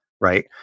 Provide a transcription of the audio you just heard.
right